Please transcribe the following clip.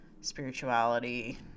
spirituality